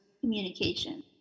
communication